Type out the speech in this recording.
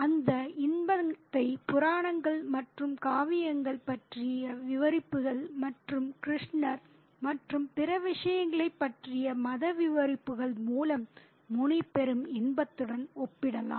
அந்த இன்பத்தை புராணங்கள் மற்றும் காவியங்கள் பற்றிய விவரிப்புகள் மற்றும் கிருஷ்ணர் மற்றும் பிற விஷயங்களைப் பற்றிய மத விவரிப்புகள் மூலம் முனி பெறும் இன்பத்துடன் ஒப்பிடலாம்